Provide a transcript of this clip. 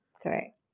Correct